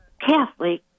Catholic